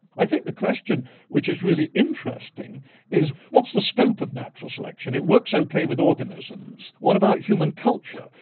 i think the question which is really interesting interesting is what's the scope of natural selection, it works ok with organisms, what about human culture,